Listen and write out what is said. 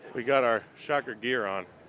we've got our shocker gear on.